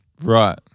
right